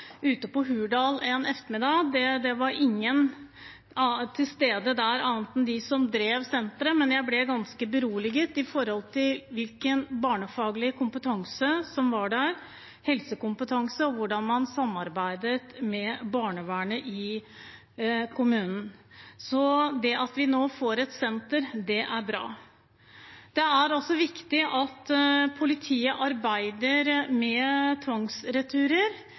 Hurdal en ettermiddag. Det var ingen andre enn dem som drev senteret, som var til stede der, men jeg ble ganske beroliget av hvilken barnefaglig helsekompetanse som var der, og av hvordan man samarbeidet med barnevernet i kommunen. Så det at vi nå får et senter, er bra. Det er også viktig at politiet arbeider med tvangsreturer.